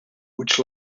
which